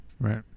Right